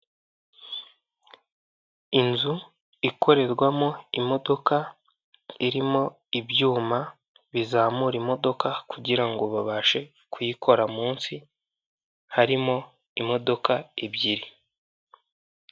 Inzu ikorerwamo imodoka, irimo ibyuma bizamura imodoka kugira ngo babashe kuyikora munsi, harimo imodoka ebyiri.